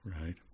Right